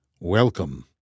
Welcome